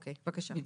בבקשה.